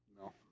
No